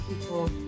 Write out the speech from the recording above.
people